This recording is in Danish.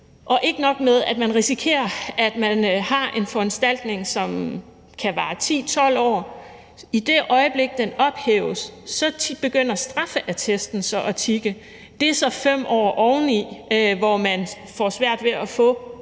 Og ikke nok med at man risikerer, at man har en foranstaltning, som kan vare 10, 12 år, for i det øjeblik den ophæves, begynder straffeattesten så at tikke. Det er så 5 år oveni, hvor man f.eks. får svært ved at få